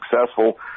successful